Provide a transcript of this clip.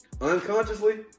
Unconsciously